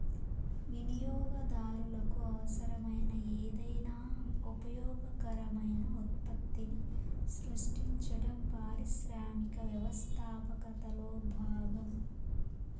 వినియోగదారులకు అవసరమైన ఏదైనా ఉపయోగకరమైన ఉత్పత్తిని సృష్టించడం పారిశ్రామిక వ్యవస్థాపకతలో భాగం